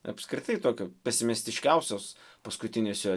apskritai tokio pesimistiškiausios paskutinės jo